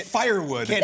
firewood